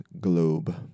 globe